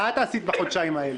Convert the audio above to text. מה את עשית בחודשיים האלה?